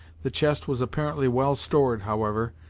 the chest was apparently well stored, however,